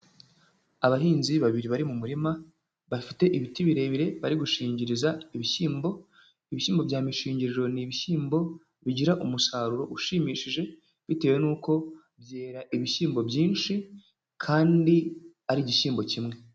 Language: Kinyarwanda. Abahinzi babiri bari mu murima, bafite ibiti birebire bari gushingiriza ibishyimbo. Ibishyimbo bya mishingiriro ni ibishyimbo bigira umusaruro ushimishije, bitewe n'uko byera ibishyimbo byinshi kandi ari igishyimbo kimwe.